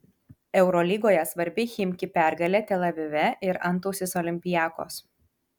eurolygoje svarbi chimki pergalė tel avive ir antausis olympiakos